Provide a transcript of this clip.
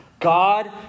God